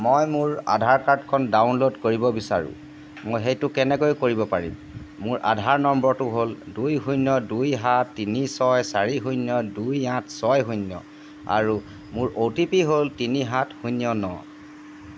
মই মোৰ আধাৰ কাৰ্ডখন ডাউনল'ড কৰিব বিচাৰোঁ মই সেইটো কেনেকৈ কৰিব পাৰিম মোৰ আধাৰ নম্বৰটো হ'ল দুই শূন্য দুই সাত তিনি ছয় চাৰি শূন্য দুই আঠ ছয় শূন্য আৰু মোৰ অ' টি পি হ'ল তিনি সাত শূন্য ন